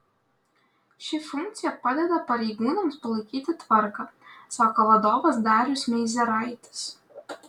ši funkcija padeda pareigūnams palaikyti tvarką sako vadovas darius meizeraitis